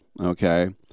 Okay